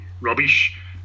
rubbish